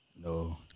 No